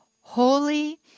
holy